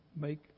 make